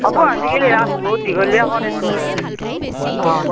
হ'ব আজিকালি ৰাস বহুত দীঘলীয়া কৰেতো অঁ